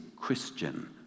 Christian